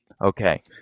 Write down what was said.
Okay